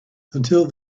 until